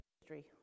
history